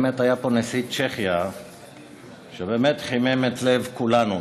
באמת היה פה נשיא צ'כיה שבאמת חימם את לב כולנו,